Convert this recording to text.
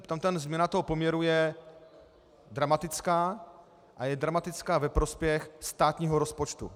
Tam je změna toho poměru dramatická a je dramatická ve prospěch státního rozpočtu.